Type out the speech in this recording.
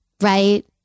Right